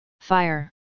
Fire